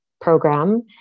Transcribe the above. program